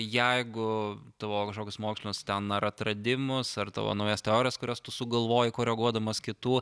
jeigu tavo kažkokius mokslinius ten ar atradimus ar tavo naujas teorijas kurias tu sugalvoji koreguodamas kitų